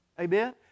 Amen